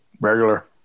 Regular